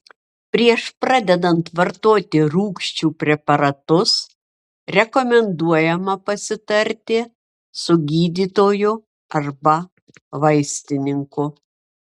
prieš pradedant vartoti rūgčių preparatus rekomenduojama pasitarti su gydytoju arba vaistininku